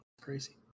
Crazy